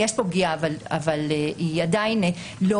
יש פה פגיעה, אבל היא עדיין לא